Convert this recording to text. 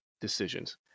decisions